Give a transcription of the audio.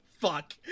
Fuck